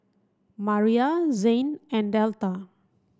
Maria Zain and Delta